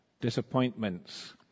disappointments